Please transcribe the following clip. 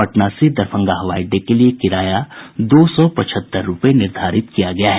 पटना से दरभंगा हवाई अड्डे के लिए किराया दो सौ पचहत्तर रूपये निर्धारित किया गया है